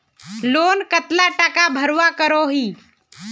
Loan कतला टाका भरवा करोही?